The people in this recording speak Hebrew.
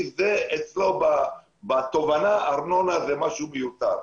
אצלו בתובנה ארנונה זה משהו מיותר.